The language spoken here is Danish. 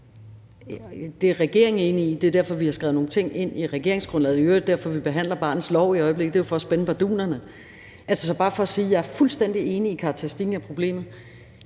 Det er regeringen enig i, og det er derfor, vi har skrevet nogle ting ind i regeringsgrundlaget. Det er i øvrigt derfor, vi behandler barnets lov i øjeblikket; det er jo for at spænde bardunerne. Så det er bare for at sige, at jeg er fuldstændig enig i karakteristikken af problemet.